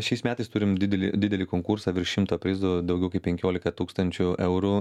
šiais metais turim didelį didelį konkursą virš šimto prizų daugiau kaip penkiolika tūkstančių eurų